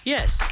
Yes